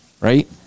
right